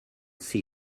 see